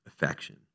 affection